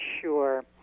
Sure